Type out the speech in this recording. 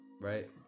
right